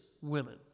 women